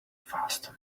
fasten